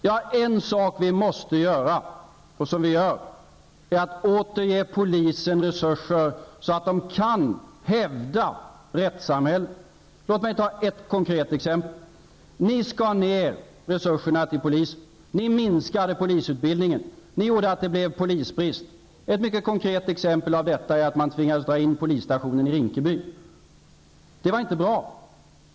En sak som vi måste göra och som vi gör är att åter ge polisen resurser så att man kan hävda rättssamhället. Låt mig ta ett konkret exempel. Ni skar ner resurserna till polisen. Ni minskade polisutbildningen. Ni gjorde så att det blev polisbrist. Ett mycket konkret exempel på detta är att man tvingades dra in polisstationen i Rinkeby. Det var inte bra.